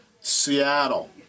Seattle